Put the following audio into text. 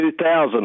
2000